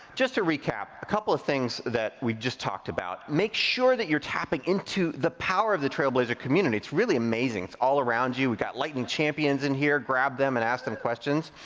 just to recap, a couple of things that we just talked about. make sure that you're tapping into the power of the trailblazer community. it's really amazing. it's all around you. we got lightning champions in here, grab them and ask them questions.